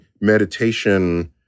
meditation